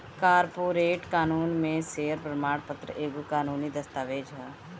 corporate कानून में share प्रमाण पत्र एगो कानूनी दस्तावेज हअ